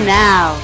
now